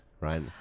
right